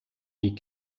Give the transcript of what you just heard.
die